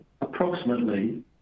approximately